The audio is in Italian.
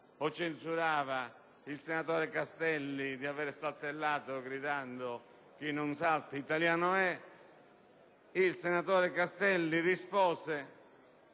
o censurato il senatore Castelli di avere saltellato gridando: «Chi non salta, italiano è»; il senatore Castelli gli